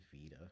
Vita